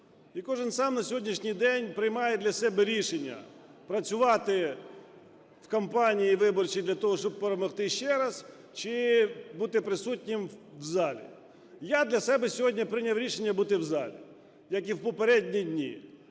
кожен сам на сьогоднішній день приймає для себе рішення: працювати в кампанії виборчій для того, щоб перемогти ще раз, чи бути присутнім в залі. Я для себе сьогодні прийняв рішення бути в залі, як і в попередні дні.